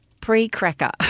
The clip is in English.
pre-cracker